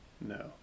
No